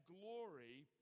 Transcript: glory